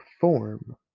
form